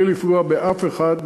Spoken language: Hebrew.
בלי לפגוע באף אחד,